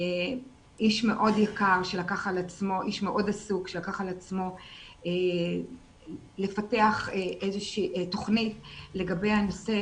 איש מאוד עסוק שלקח על עצמו לפתח תוכנית לגבי הנושא,